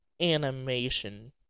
animation